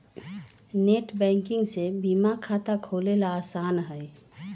net banking से बीमा खाता खोलेला आसान हई